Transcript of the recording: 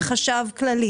בין אם זה החשב הכללי,